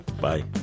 Bye